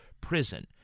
prison